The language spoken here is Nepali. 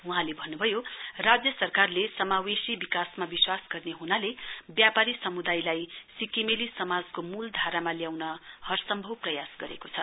वहाँले भन्न्भयो राज्य सरकारले समावेशी विकासमा विश्वास गर्ने हनाले व्यापारी सम्दायलाई सिक्किमेली समाजको मूलधारामा ल्याउन हरसम्भव प्रयास गरेको छ